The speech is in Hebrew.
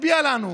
הצביע עלינו,